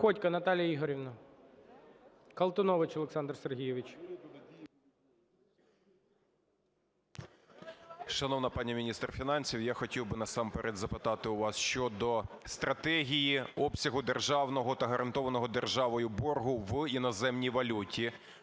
Шановна пані міністр фінансів, я хотів би насамперед запитати у вас щодо стратегії обсягу державного та гарантованого державою боргу в іноземній валюті.